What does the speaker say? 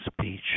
speech